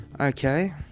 Okay